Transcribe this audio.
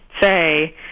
say